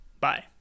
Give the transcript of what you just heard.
Bye